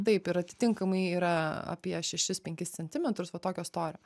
taip ir atitinkamai yra apie šešis penkis centimetrus va tokio storio